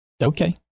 Okay